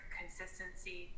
consistency